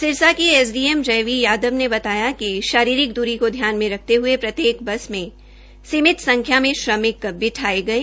सिरसा के एसडीएम जयवीर यादव ने बताया कि शारीरिक दूरी को ध्यान रखते हये प्रत्येक बस में सीमित संख्या में बिठाये गये